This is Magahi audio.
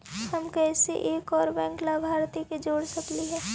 हम कैसे एक और बैंक लाभार्थी के जोड़ सकली हे?